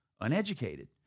uneducated